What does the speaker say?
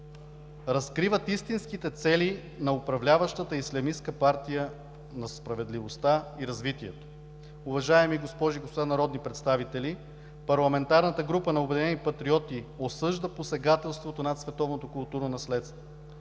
разкриват истинските цели на управляващата ислямистка Партия на справедливостта и развитието. Уважаеми госпожи и господа народни представители, Парламентарната група на „Обединени патриоти“ осъжда посегателството над световното културно наследство.